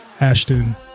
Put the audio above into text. Ashton